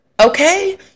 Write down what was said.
okay